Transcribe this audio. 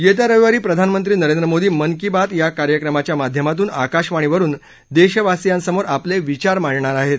येत्या रविवारी प्रधानमंत्री नरेंद्र मोदी मन की बात या कार्यक्रमाच्या माध्यमातून काशवाणीवरून देशवासीयांसमोर पले विचार मांडणार हेत